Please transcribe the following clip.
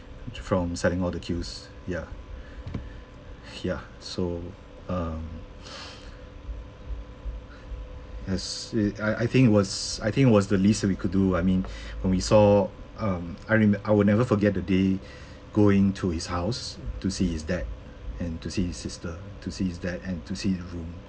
from selling all the cues ya ya so um as it I I think was I think it was the least we could do I mean when we saw um I remem~ I will never forget the day going to his house to see his dad and to see his sister to see his dad and to see his room